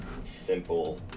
Simple